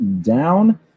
down